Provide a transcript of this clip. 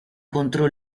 contro